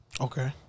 Okay